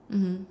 mmhmm